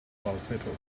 falsetto